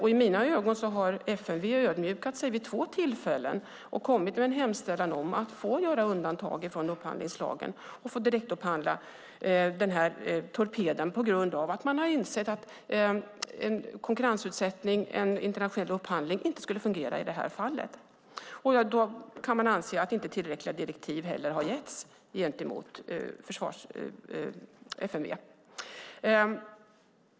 I mina ögon har FMV vid två tillfällen ödmjukat sig och kommit med en hemställan om att få göra undantag från upphandlingslagen och få direktupphandla denna torped på grund av att man har insett att en konkurrensutsättning, en internationell upphandling, inte skulle fungera i detta fall. Då kan man anse att tillräckliga direktiv inte heller har getts gentemot FMV.